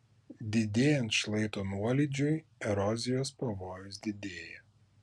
didėjant šlaito nuolydžiui erozijos pavojus didėja